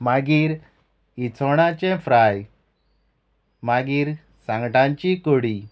मागीर इसवोणाचें फ्राय मागीर सांगटांची कडी